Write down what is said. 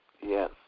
Yes